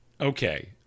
okay